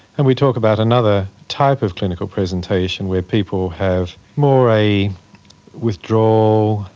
and we talk about another type of clinical presentation where people have more a withdrawal,